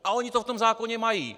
A oni to v tom zákoně mají.